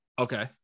Okay